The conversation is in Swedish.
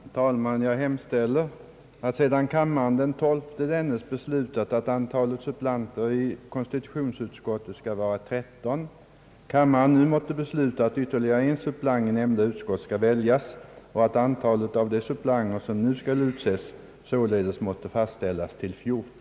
Herr talman! Jag hemställer att — sedan kammaren den 12 dennes beslutat att antalet suppleanter i konstitutionsutskottet skall vara 13 — kammaren nu måtte besluta att ytterligare en suppleant i nämnda utskott skall väljas och